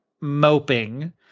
moping